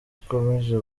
ikomeje